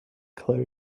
clear